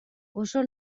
oso